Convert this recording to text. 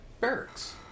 barracks